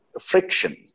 friction